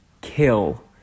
kill